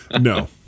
No